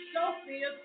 Sophia